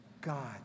God